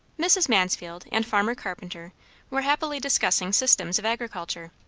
mrs. mansfield and farmer carpenter were happily discussing systems of agriculture.